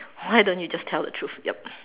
why don't you just tell the truth yup